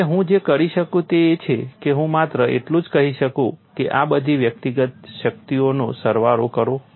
એટલે હું જે કરી શકું તે એ છે કે હું માત્ર એટલું જ કહી શકું કે આ બધી વ્યક્તિગત શક્તિઓનો સરવાળો કરો